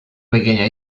pequeña